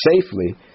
safely